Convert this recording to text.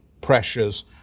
pressures